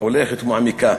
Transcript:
הולכת ומעמיקה